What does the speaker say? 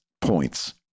points